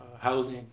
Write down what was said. housing